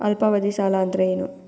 ಅಲ್ಪಾವಧಿ ಸಾಲ ಅಂದ್ರ ಏನು?